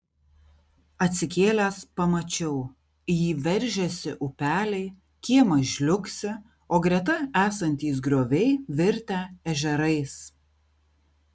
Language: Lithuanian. atsikėlęs pamačiau į jį veržiasi upeliai kiemas žliugsi o greta esantys grioviai virtę ežerais